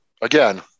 again